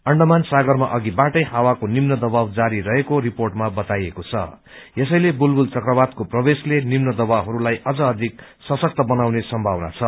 अण्डमान सागरमा अधिबाटै हावाको निम्त दबाव जारी रहेको रिपोर्टमा बताइएको छ यसैले बुलबुल चक्रवातको प्रवेशले निम्न दबावहरूलाई अझ अधिक सशक्त बनाउने सम्भावना छ